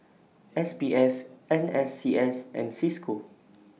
S P F N S C S and CISCO